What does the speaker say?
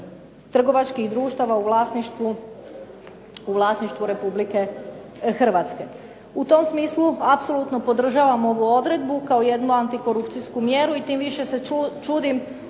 trgovačkih društava u vlasništvu Republike Hrvatske. U tom smislu apsolutno podržavam ovu odredbu kao jednu antikorupcijsku mjeru i tim više se čudim